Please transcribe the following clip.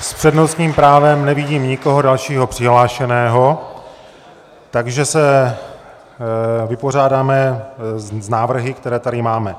S přednostním právem nevidím nikoho dalšího přihlášeného, takže se vypořádáme s návrhy, které tady máme.